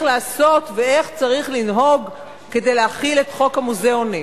לעשות ואיך צריך לנהוג כדי להחיל את חוק המוזיאונים.